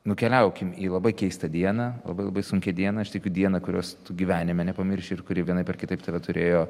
nukeliaukim į labai keistą dieną labai labai sunkią dieną aš tikiu dieną kurios tu gyvenime nepamirši ir kuri vienaip ar kitaip tave turėjo